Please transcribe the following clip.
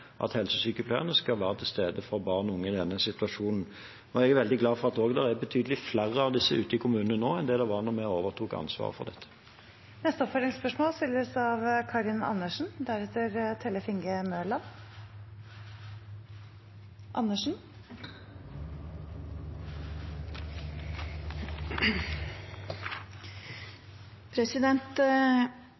at helsesykepleierne skal være til stede for barn og unge i denne situasjonen. Jeg er veldig glad for at det er betydelig flere av disse ute i kommunene nå enn da vi overtok ansvaret for dette. Karin Andersen – til oppfølgingsspørsmål.